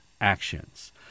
actions